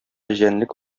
җәнлек